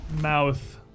mouth